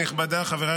הינני מתכבדת להודיעכם,